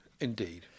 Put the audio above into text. indeed